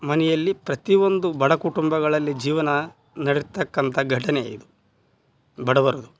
ಮನೆಯಲ್ಲಿ ಪ್ರತಿ ಒಂದು ಬಡ ಕುಟುಂಬಗಳಲ್ಲಿ ಜೀವನ ನಡೀತಕ್ಕಂಥ ಘಟನೆಯಾಗಿದೆ ಬಡವರದ್ದು